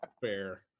Fair